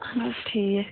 اہن حظ ٹھیٖک